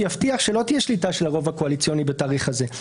שיבטיח שלא תהיה שליטה של הרוב הקואליציוני בתהליך הזה,